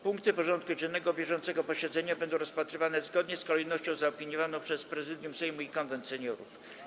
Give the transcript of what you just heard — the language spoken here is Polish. Punkty porządku dziennego bieżącego posiedzenia będą rozpatrywane zgodnie z kolejnością zaopiniowaną przez Prezydium Sejmu i Konwent Seniorów.